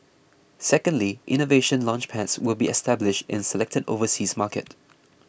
secondly Innovation Launchpads will be established in selected overseas markets